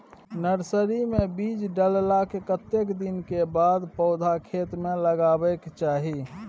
Nursery मे बीज डाललाक कतेक दिन के बाद पौधा खेत मे लगाबैक चाही?